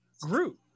group